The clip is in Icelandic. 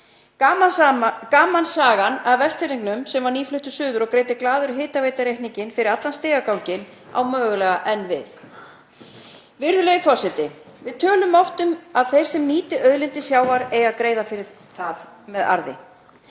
Gamansagan af Vestfirðingnum, sem var nýfluttur suður og greiddi glaður hitaveitureikninginn fyrir allan stigaganginn, á mögulega enn við. Virðulegi forseti. Við tölum oft um að þeir sem nýti auðlindir sjávar eigi að greiða fyrir það með arði.